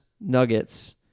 Nuggets